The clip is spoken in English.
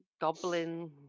goblin